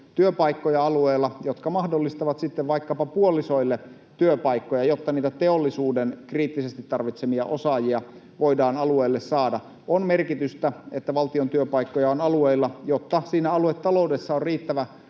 työpaikkoja, jotka mahdollistavat sitten vaikkapa puolisoille työpaikkoja, jotta niitä teollisuuden kriittisesti tarvitsemia osaajia voidaan alueille saada. On merkitystä, että valtion työpaikkoja on alueilla, jotta siinä aluetaloudessa on riittävä